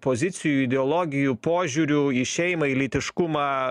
pozicijų ideologijų požiūrių į šeimą į lytiškumą